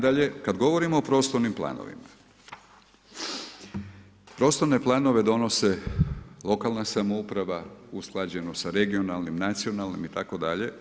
Nadalje, kada govorimo o prostornim planovima, prostorne planove donose lokalna samouprava usklađeno sa regionalnim nacionalnim itd.